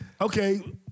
Okay